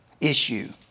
issue